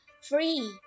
free